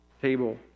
table